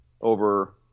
over